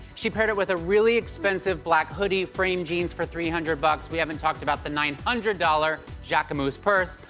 she paired it with a really expensive black hoodie, frame jeans for three hundred bucks. we haven't talked about the nine hundred dollars jacquemus purse.